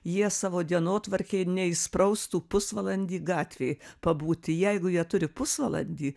jie savo dienotvarkėj neįspraustų pusvalandį gatvėj pabūti jeigu jie turi pusvalandį